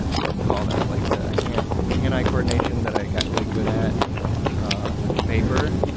what do you call that? like the hand-eye hand-eye coordination that i got really good at with paper.